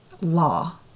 law